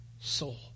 soul